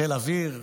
חיל אוויר,